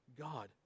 God